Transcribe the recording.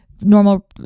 normal